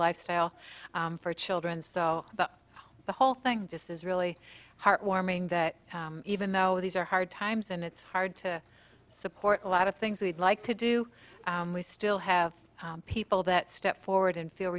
lifestyle for children so the whole thing just is really heartwarming that even though these are hard times and it's hard to support a lot of things we'd like to do we still have people that step forward and feel